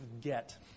get